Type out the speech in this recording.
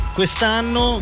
Quest'anno